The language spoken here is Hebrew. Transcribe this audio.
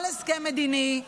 כל הסכם מדיני,